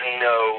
no